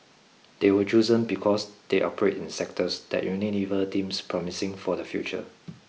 they were chosen because they operate in sectors that Unilever deems promising for the future